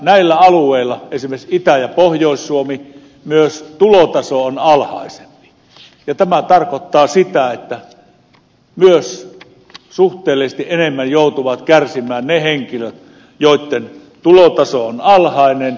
näillä alueilla esimerkiksi itä ja pohjois suomessa myös tulotaso on alhaisempi ja tämä tarkoittaa sitä että myös suhteellisesti enemmän joutuvat kärsimään ne henkilöt joitten tulotaso on alhainen